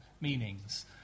meanings